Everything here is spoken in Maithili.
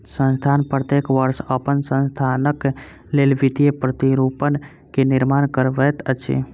संस्थान प्रत्येक वर्ष अपन संस्थानक लेल वित्तीय प्रतिरूपण के निर्माण करबैत अछि